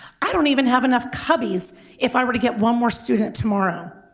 i don't even have enough cubbies if i were to get one more student tomorrow.